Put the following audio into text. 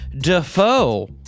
Defoe